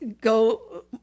go